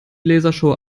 lasershow